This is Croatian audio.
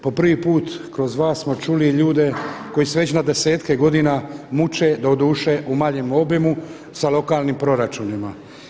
Po prvi put kroz vas smo čuli i ljude koji se već na desetke godina muče doduše u manjem obimu sa lokalnim proračunima.